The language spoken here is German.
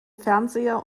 fernseher